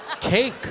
Cake